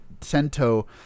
Sento